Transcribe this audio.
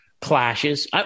clashes